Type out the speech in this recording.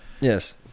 Yes